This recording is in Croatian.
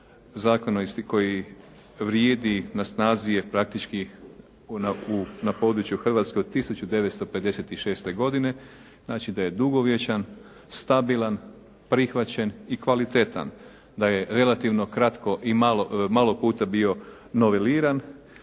… koji vrijedi, na snazi je praktički na području Hrvatske od 1956. godine znači da je dugovječan, stabilan, prihvaćen i kvalitetan. Da je relativno kratko i malo, malo puta bio noveliran